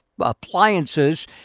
Appliances